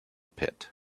pit